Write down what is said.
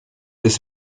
bis